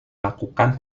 lakukan